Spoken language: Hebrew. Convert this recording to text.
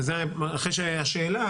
וזה אחרי שהשאלה,